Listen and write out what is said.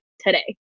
today